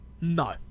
No